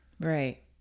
Right